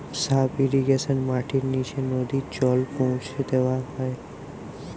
sub ইর্রিগেশনে মাটির নিচে নদী জল পৌঁছা দেওয়া হয়